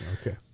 Okay